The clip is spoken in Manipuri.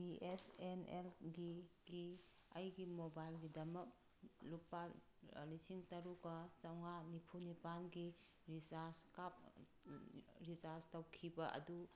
ꯕꯤ ꯑꯦꯁ ꯑꯦꯟ ꯑꯦꯜꯒꯤ ꯑꯩꯒꯤ ꯃꯣꯕꯥꯏꯜꯒꯤꯗꯃꯛ ꯂꯨꯄꯥ ꯂꯤꯁꯤꯡ ꯇꯔꯨꯛꯀ ꯆꯥꯃꯉꯥ ꯅꯤꯐꯨ ꯅꯤꯄꯥꯜꯒꯤ ꯔꯤꯆꯥꯔꯖ ꯔꯤꯆꯥꯔꯖ ꯇꯧꯈꯤꯕ ꯑꯗꯨ